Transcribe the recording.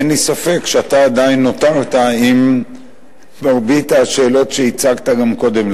אין לי ספק שעדיין נותרת עם מרבית השאלות שהצגת קודם.